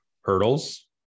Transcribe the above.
Hurdles